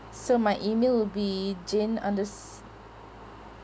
so my email will be jane unders~